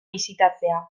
bisitatzea